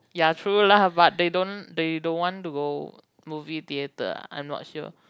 ya true lah but they don't they don't want to go movie theater I'm not sure